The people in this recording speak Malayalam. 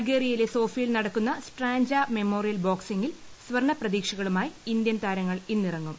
ബൾഗേറിയയിലെ സോഫിയയിൽ നടക്കുന്ന സ്ട്രാൻജ മെമ്മോറിയൽ ബോക്സിങ്ങിൽ സ്വർണ്ണപ്രതീക്ഷകളുമായി ഇന്ത്യൻ താരങ്ങൾ ഇന്നിറങ്ങും